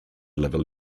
level